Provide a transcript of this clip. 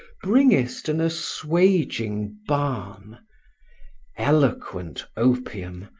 bringest an assuaging balm eloquent opium!